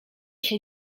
się